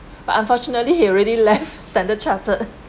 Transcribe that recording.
but unfortunately he already left standard chartered